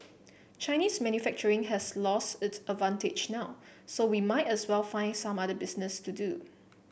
Chinese manufacturing has lost its advantage now so we might as well find some other business to do